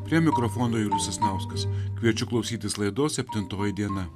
prie mikrofono julius sasnauskas kviečiu klausytis laidos septintoji diena